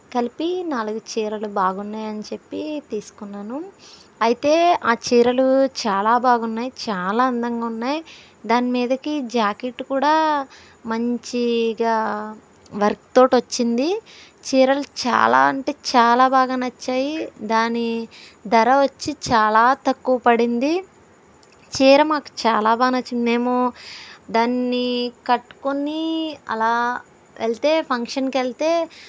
కలిపి నాలుగు చీరలు బాగున్నాయి అని చెప్పి తీసుకున్నాను అయితే ఆ చీరలు చాలా బాగున్నాయి చాలా అందంగా ఉన్నాయి దాని మీదకి జాకెట్ కూడా మంచిగా వర్క్ తోటి వచ్చింది చీరలు చాలా అంటే చాలా బాగా నచ్చాయి దాని ధర వచ్చి చాలా తక్కువ పడింది చీర మాకు చాలా బాగా నచ్చిందేమో దాన్ని కట్టుకొని అలా వెళ్తే ఫంక్షన్కి వెళ్తే